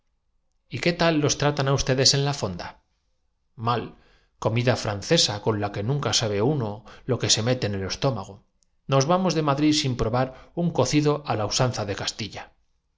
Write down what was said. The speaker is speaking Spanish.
qué tal los tratan á ustedes en la fonda cha no hay que consignar si recibió bien la noticia mal comida francesa con la que nunca sabe uno lo que se mete en el estómago nos vamos de madrid pues sabido es que tratándose de matrimonio hasta sin probar un cocido á la usanza de castilla